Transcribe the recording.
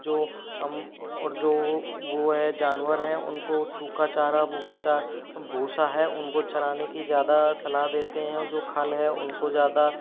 जो हम और जो वो है जानवर है उनको सूखा चारा भूखा चार भूसा है उनको चराने की ज़्यादा सलाह देते हैं जो खाल है उनको ज़्यादा